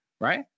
right